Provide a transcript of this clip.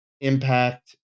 impact